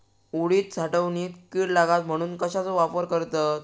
उडीद साठवणीत कीड लागात म्हणून कश्याचो वापर करतत?